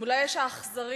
מול האש האכזרית